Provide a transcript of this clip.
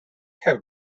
have